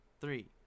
three